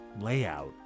layout